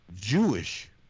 Jewish